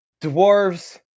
dwarves